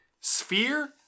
Sphere